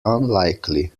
unlikely